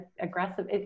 aggressive